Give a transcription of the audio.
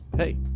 Hey